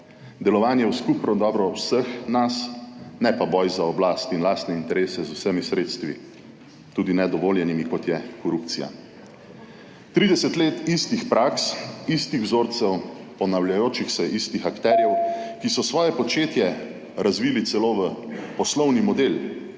delovanje v skupno dobro vseh nas, ne pa boj za oblast in lastne interese z vsemi sredstvi, tudi nedovoljenimi kot je korupcija, 30 let istih praks, istih vzorcev, ponavljajočih se istih akterjev, ki so svoje početje razvili celo v poslovni model,